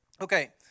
Okay